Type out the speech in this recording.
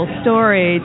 story